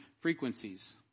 frequencies